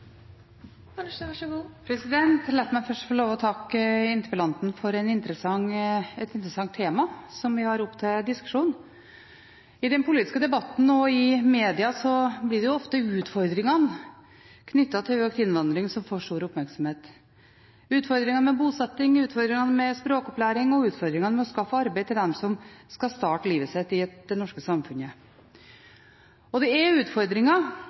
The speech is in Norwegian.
meg først få lov å takke interpellanten for et interessant tema som vi har oppe til diskusjon. I den politiske debatten og i media blir det ofte utfordringene knyttet til økt innvandring som får stor oppmerksomhet – utfordringene med bosetting, utfordringene med språkopplæring og utfordringene med å skaffe arbeid til dem som skal starte livet sitt i det norske samfunnet. Det er utfordringer,